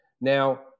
Now